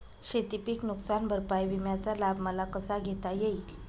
शेतीपीक नुकसान भरपाई विम्याचा लाभ मला कसा घेता येईल?